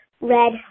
red